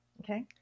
Okay